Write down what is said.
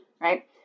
right